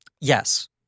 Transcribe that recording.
Yes